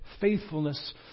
faithfulness